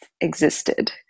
existed